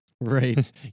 Right